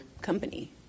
company